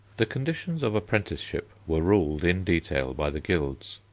the conditions of apprenticeship were ruled in detail by the guilds.